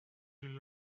you